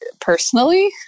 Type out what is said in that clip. personally